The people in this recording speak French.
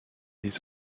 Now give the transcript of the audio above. les